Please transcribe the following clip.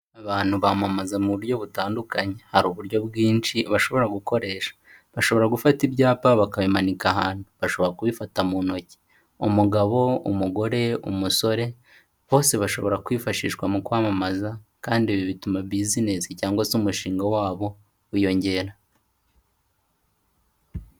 Abantu bamamaza mu buryo butandukanye, hari uburyo bwinshi bashobora gukoresha, bashobora gufata ibyapa bakabimanika ahantu, bashobora kubifata mu ntoki, umugabo, umugore, umusore, bose bashobora kwifashishwa mu kwamamaza kandi ibi bituma business cyangwa se umushinga wabo wiyongera.